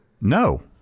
No